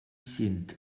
sind